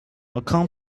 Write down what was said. aucun